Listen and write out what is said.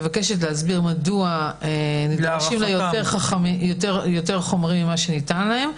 מבקשים להסביר מדוע הם מבקשים יותר חומרים ממה שניתן להם,